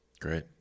Great